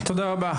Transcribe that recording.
תודה רבה.